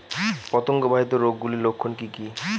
পতঙ্গ বাহিত রোগ গুলির লক্ষণ কি কি?